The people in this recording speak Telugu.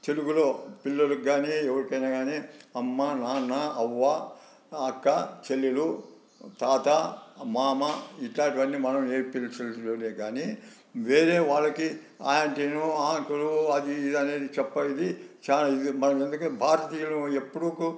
తెలుగులో పిల్లలు కానీ ఎవరికైనా కానీ అమ్మ నాన్న అవ్వ అక్క చెల్లెలు తాత మామ ఇట్లాంటివన్నీ మనం నేర్పించడమే కానీ వేరే వాళ్ళకి ఆంటీనో అంకులు అది ఇది అని చెప్పేది చాలాను మనం ఎందుకంటే భారతీయులం ఎప్పటికి